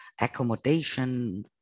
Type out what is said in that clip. accommodation